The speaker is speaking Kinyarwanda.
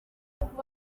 avuga